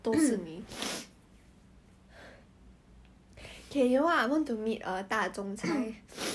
叔叔